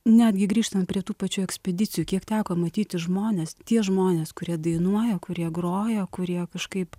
netgi grįžtant prie tų pačių ekspedicijų kiek teko matyti žmones tie žmonės kurie dainuoja kurie groja kurie kažkaip